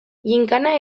ginkana